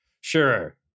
sure